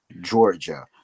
Georgia